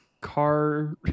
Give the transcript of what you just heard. car